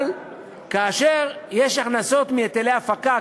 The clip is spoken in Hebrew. אבל כאשר יש הכנסות מהיטלי הפקה,